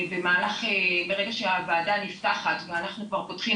ברגע שהוועדה נפתחת ואנחנו כבר פותחים